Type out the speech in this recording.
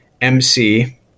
MC